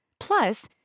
Plus